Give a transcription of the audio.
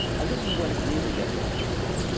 and this is when it really gets interesting.